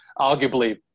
arguably